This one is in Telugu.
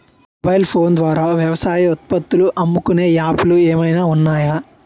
మొబైల్ ఫోన్ ద్వారా వ్యవసాయ ఉత్పత్తులు అమ్ముకునే యాప్ లు ఏమైనా ఉన్నాయా?